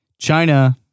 China